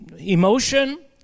emotion